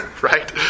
right